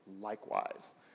likewise